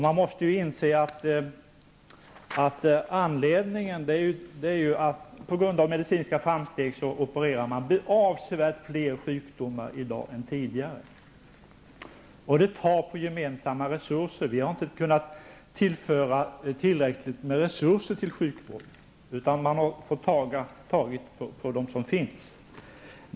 Man måste inse att anledningen är att man i dag på grund av medicinska framsteg opererar vid avsevärt fler sjukdomar än tidigare. Detta tär på gemensamma resurser. Vi har inte kunnat tillföra tillräckligt med resurser till sjukvården, utan man har fått ta av dem som finns.